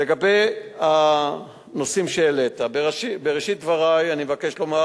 לגבי הנושאים שהעלית, בראשית דברי אני מבקש לומר